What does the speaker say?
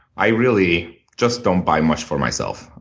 i really just don't buy much for myself.